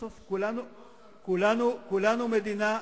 בסוף כולנו מדינה אחת.